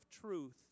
truth